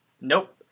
Nope